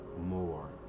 more